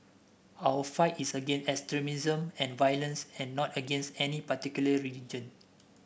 our fight is against extremism and violence had not against any particular religion